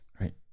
right